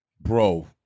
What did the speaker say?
bro